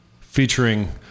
featuring